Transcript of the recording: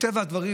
מטבע הדברים,